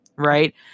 Right